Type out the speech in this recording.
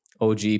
OG